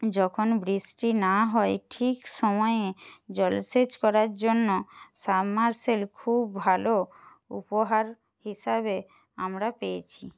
যখন বৃষ্টি না হয় ঠিক সময়ে জলসেচ করার জন্য সাবমার্সেল খুব ভালো উপহার হিসাবে আমরা পেয়েছি